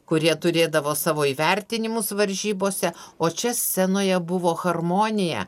kurie turėdavo savo įvertinimus varžybose o čia scenoje buvo harmonija